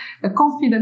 confident